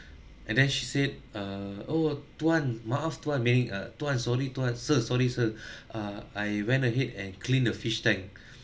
and then she said err oh tuan maaf tuan ah tuan sorry tuan sir sorry sir uh I went ahead and clean the fish tank